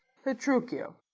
petruchio,